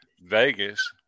Vegas